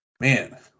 man